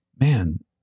man